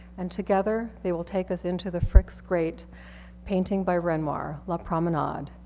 and together they will take us into the frick's great painting by renoir, la promenade,